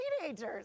teenagers